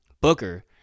Booker